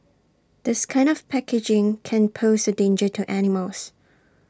this kind of packaging can pose A danger to animals